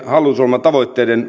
hallitusohjelman tavoitteiden